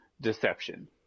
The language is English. deception